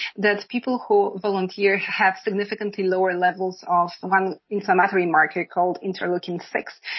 that people who volunteer have significantly lower levels of one inflammatory marker called interleukin six,